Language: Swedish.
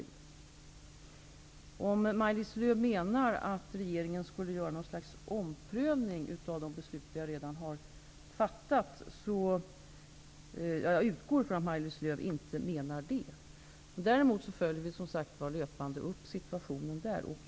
Jag utgår från att Maj-Lis Lööw inte menar att regeringen skulle göra någon slags omprövning av de beslut som den redan har fattat. Däremot följer vi löpande situationen i Peru.